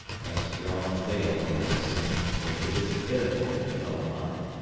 let us draw a veil over this scene, for it is pitiful to dwell upon it.